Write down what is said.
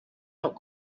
not